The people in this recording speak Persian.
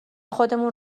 خودمون